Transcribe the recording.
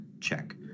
check